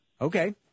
Okay